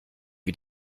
wie